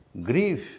Grief